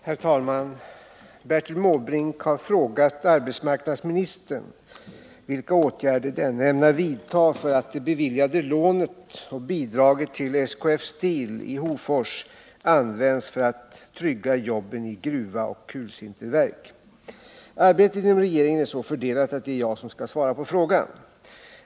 Herr talman! Bertil Måbrink har frågat arbetsmarknadsministern vilka åtgärder denne ämnar vidta för att det beviljade lånet och bidraget till SKF Steel i Hofors används för att trygga jobben i gruva och kulsinterverk. Arbetet inom regeringen är så fördelat att det är jag som skall svara på frågan.